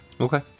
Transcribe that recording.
Okay